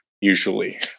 usually